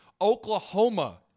Oklahoma